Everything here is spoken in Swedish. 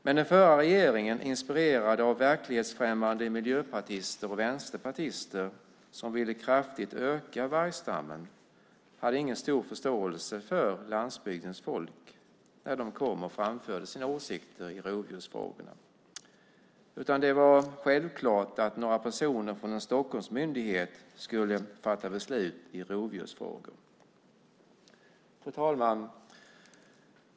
Men den förra regeringen, inspirerad av verklighetsfrämmande miljöpartister och vänsterpartister som kraftigt ville öka vargstammen, hade ingen stor förståelse för landsbygdens folk när de kom och framförde sina åsikter i rovdjursfrågorna. Det var självklart att det var några personer vid en Stockholmsmyndighet som skulle fatta beslut i rovdjursfrågor. Fru talman!